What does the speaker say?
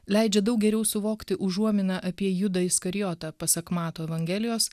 leidžia daug geriau suvokti užuominą apie judą iskarijotą pasak mato evangelijos